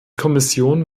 kommission